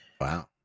Wow